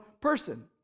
person